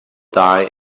die